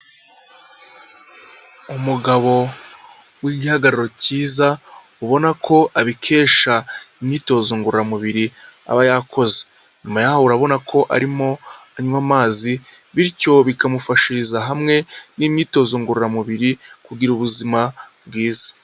Umugabo w'igihagararo kiza ubona ko abikesha imyitozo ngororamubiri aba yakoze. Nyuma yaho urabona ko arimo anywa amazi bityo bikamufashiriza hamwe n'imyitozo ngororamubiri kugira ubuzima bwiza.